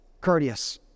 courteous